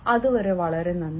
അതുവരെ വളരെ നന്ദി